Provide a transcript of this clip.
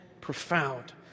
profound